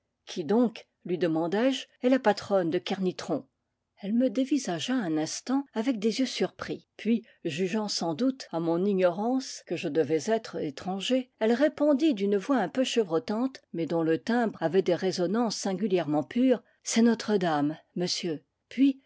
qui donc lui demandai-je est la patronne de kerni tron elle me dévisagea un instant avec des yeux surpris puis jugeant sans doute à mon ignorance que je devais être étranger elle répondit d'une voix un peu chevrotante mais dont le timbre avait des résonances singulièrement pures c'est notre-dame monsieur puis